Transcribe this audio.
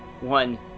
one